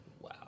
Wow